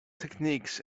techniques